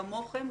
כמוכם,